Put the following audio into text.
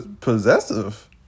possessive